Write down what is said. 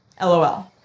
LOL